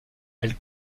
elle